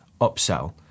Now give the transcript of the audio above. upsell